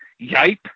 yipe